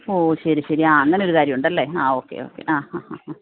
ഓ ശരി ശരി ആ അങ്ങനെ ഒരു കാര്യം ഉണ്ടല്ലേ ആ ഓക്കേ ഓക്കേ ആ ആ